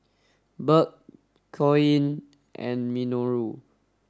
Burke Coen and Minoru